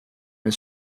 his